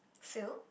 fail